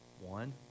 One